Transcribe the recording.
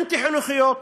אנטי-חינוכיות.